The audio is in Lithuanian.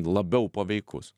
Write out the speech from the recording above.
labiau paveikus